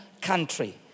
country